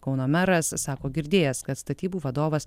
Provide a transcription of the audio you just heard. kauno meras sako girdėjęs kad statybų vadovas